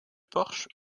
porche